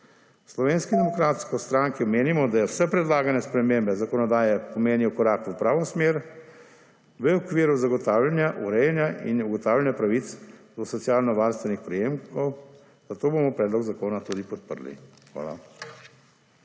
V Slovenski demokratski stranki menimo, da vse predlagane spremembe zakonodaje pomenijo korak v pravo smer, v okviru zagotavljanja urejanja in ugotavljanja pravic do socialnovarstvenih prejemkov, zato bomo predlog zakona tudi podprli. Hvala.